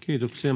Kiitoksia.